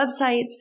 Websites